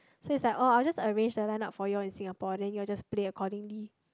so he's like oh I'll just arrange the lineup for you all in Singapore then you all just play accordingly